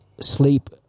sleep